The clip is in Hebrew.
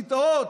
באוניברסיטאות,